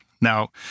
Now